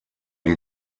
die